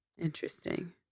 Interesting